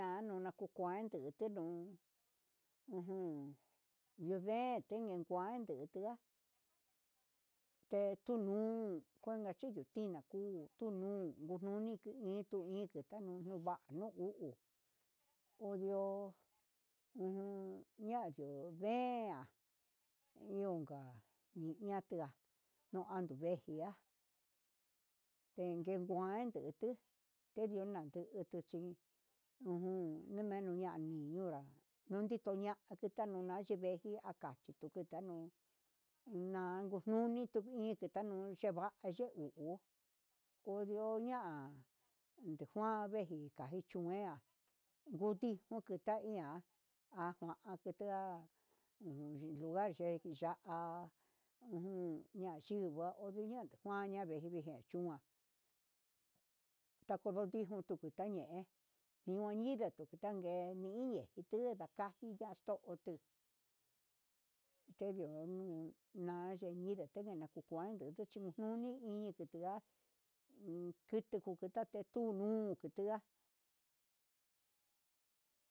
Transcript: Jan nu naku kuan netinun ujun yudén tini kuan ndikega tetunuu kuan chinakuu tununi inka iin kutanu nuvaju hu u ondio na'a yundean ihonka niata nokuan nduvee nutua ndenke kuente tuu kedio nande ante chu iin udan ndidu jun nua jionra nuu nritoa'a xhi nauveji nuia akachí, tukutanu nanku nuni inku tanuu hu cheva'a ye hu uu odina'a uyekuan nija ndejika, dichunea nguti onguata iha ha ngua xetea unya nenuva'a axhingua audyente nguaña veji veji chua tako bautizo unu tañe'e ina nguida nuku tangue ñi idne unka kaxtilla extio teyu nuna yengue tene ñu ku kuan nichu nuni iin kitia kiti ngutate tunuu ngutea.